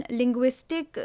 linguistic